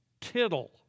tittle